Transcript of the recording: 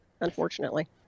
unfortunately